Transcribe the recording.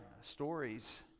Stories